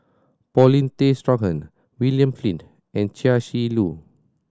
Paulin Tay Straughan William Flint and Chia Shi Lu